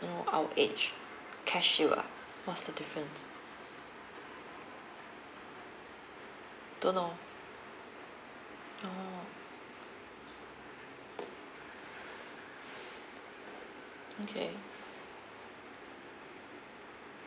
you know our age careshield ah what's the difference don't know orh okay